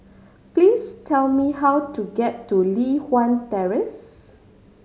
please tell me how to get to Li Hwan Terrace